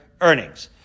earnings